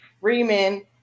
Freeman